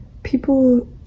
people